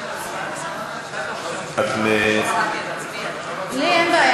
לי אין בעיה.